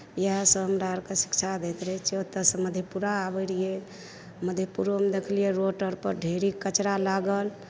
इहए सब हमरा आर कऽ शिक्षा दैत रहै छियै ओतऽसँ मधेपुरा आबैत रहियै मधेपुरोमे देखलियै रोड आर पर ढेरिक कचरा लागल